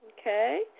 Okay